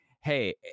hey